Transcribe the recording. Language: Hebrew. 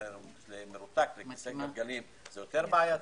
מרותק לכיסא גלגלים, זה יותר בעייתי.